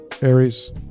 Aries